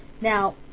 now